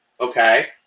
Okay